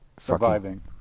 surviving